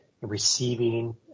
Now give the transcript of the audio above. receiving